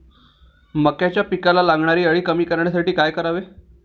मक्याच्या पिकाला लागणारी अळी कमी करण्यासाठी काय करावे?